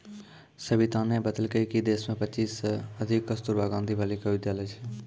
सविताने बतेलकै कि देश मे पच्चीस सय से अधिक कस्तूरबा गांधी बालिका विद्यालय छै